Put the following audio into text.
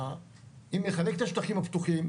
אם נחלק את השטחים הפתוחים,